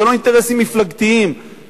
זה לא אינטרסים מפלגתיים,